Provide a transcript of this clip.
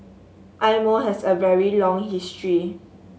Eye Mo has a very long history